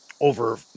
over